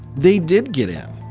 they did get in.